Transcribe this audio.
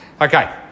Okay